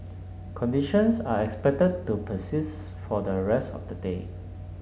conditions are expected to persist for the rest of the day